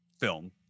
film